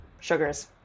sugars